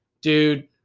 dude